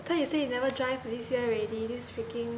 I thought you say you never drive this year already this freaking